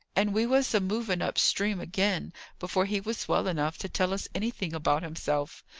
and we was a-moving up stream again before he was well enough to tell us anything about himself.